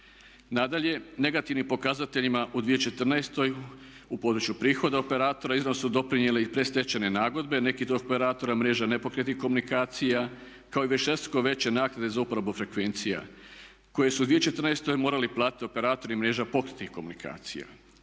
Nadalje, negativnim pokazateljima u 2014.u području prihoda operatora iznimno su doprinijele i predstečajne nagodbe, neki od operatora mreža nepokretnih komunikacija kao i višestruko veće naknade za uporabu frekvencija koje su u 2014. morali platiti operatori mreža pokretnih komunikacija.